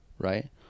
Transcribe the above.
Right